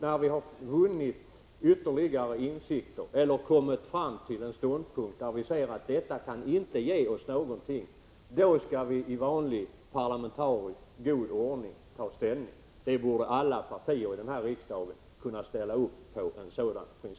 När vi vunnit ytterligare insikter eller kommit fram till en ståndpunkt där vi kan se att detta inte kan ge oss någonting, då skall vi i vanlig parlamentarisk ordning ta ställning. En sådan princip borde alla partier i denna riksdag kunna ställa sig bakom.